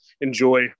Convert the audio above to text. enjoy